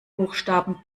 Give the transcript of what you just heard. buchstaben